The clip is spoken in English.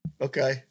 Okay